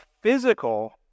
physical